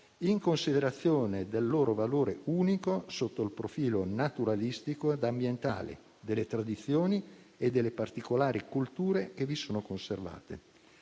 in considerazione del loro valore unico sotto il profilo naturalistico e ambientale, delle tradizioni e delle particolari culture che vi sono conservate.